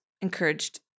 encouraged